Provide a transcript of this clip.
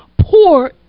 poor